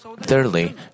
Thirdly